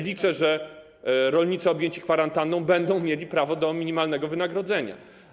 Liczę, że rolnicy objęci kwarantanną będą mieli prawo do minimalnego wynagrodzenia.